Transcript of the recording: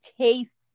taste